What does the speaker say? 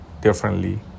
differently